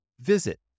Visit